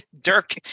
Dirk